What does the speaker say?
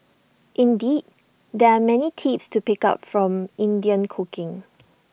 indeed there are many tips to pick up from Indian cooking